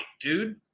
dude